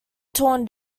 torn